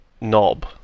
knob